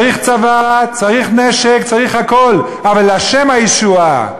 צריך צבא, צריך נשק, צריך הכול, אבל לה' הישועה.